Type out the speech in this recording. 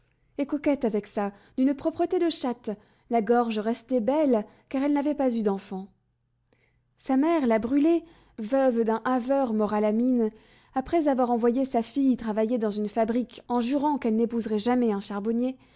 et coquette avec ça d'une propreté de chatte la gorge restée belle car elle n'avait pas eu d'enfant sa mère la brûlé veuve d'un haveur mort à la mine après avoir envoyé sa fille travailler dans une fabrique en jurant qu'elle n'épouserait jamais un charbonnier